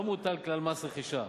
לא מוטל כלל מס רכישה,